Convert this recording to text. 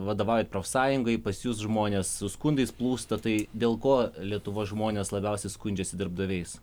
vadovaujat profsąjungai pas jus žmones su skundais plūsta tai dėl ko lietuvos žmonės labiausiai skundžiasi darbdaviais